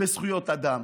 בזכויות אדם,